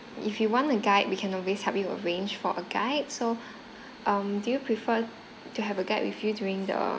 if you want a guide you can always help you arrange for a guide so um do you prefer to have a guide with you during the